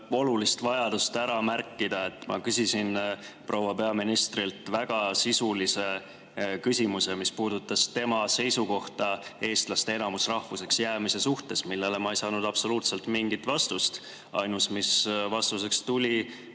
olulist vajadust ära märkida, et ma küsisin proua peaministrilt väga sisulise küsimuse, mis puudutas tema seisukohta eestlaste enamusrahvuseks jäämise suhtes. Ma ei saanud sellele absoluutselt mingit vastust. Ainus, mis vastuseks tuli,